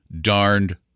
darned